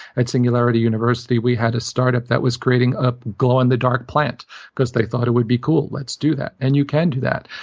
at singularity university, we had a start-up that was creating a glow-in-the-dark plant because they thought it would be cool. let's do that. and you can do that,